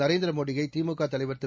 நரேந்திர மோடியை திமுக தலைவர் திரு